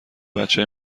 بچه